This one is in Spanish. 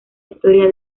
historia